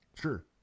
Sure